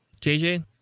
JJ